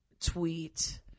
tweet